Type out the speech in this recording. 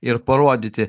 ir parodyti